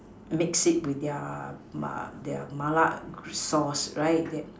mix it with their mah their Mala sauce right